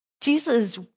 Jesus